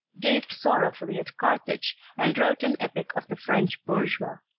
gazed sorrowfully at carthage and wrote an epic of the french bourgeois.